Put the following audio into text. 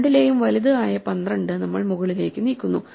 രണ്ടിലെയും വലുത് ആയ 12 നമ്മൾ മുകളിലേക്ക് നീക്കുന്നു